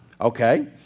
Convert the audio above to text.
Okay